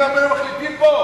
אם הם היו מחליטים פה,